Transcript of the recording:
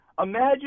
Imagine